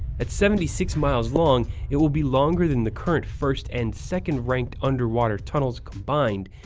at seventy six miles long it will be longer than the current first and second-ranked underwater tunnels combined,